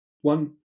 one